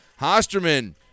Hosterman